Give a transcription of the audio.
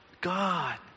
God